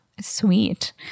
sweet